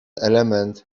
element